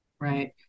Right